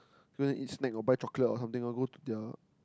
if you wanna eat snack or buy chocolate or something go to their